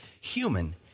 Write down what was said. human